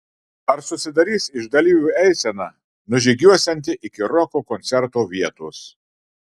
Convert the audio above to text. ar susidarys iš dalyvių eisena nužygiuosianti iki roko koncerto vietos